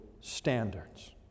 standards